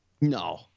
No